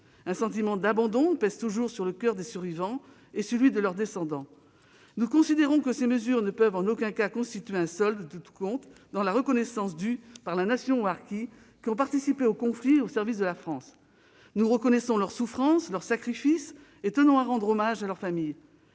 Un sentiment d'abandon pèse toujours sur le coeur des survivants et sur celui de leurs descendants. Nous considérons que ces mesures ne peuvent en aucun cas constituer un « solde de tout compte » dans la reconnaissance due par la Nation aux harkis, qui ont participé au conflit au service de la France. Nous reconnaissons leurs souffrances et leurs sacrifices et tenons à rendre hommage à leurs familles.